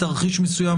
בתרחיש מסוים,